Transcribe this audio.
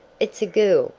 it's a girl,